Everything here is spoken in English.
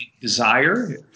desire